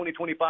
2025